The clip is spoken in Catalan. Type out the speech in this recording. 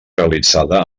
realitzada